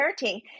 Parenting